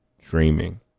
dreaming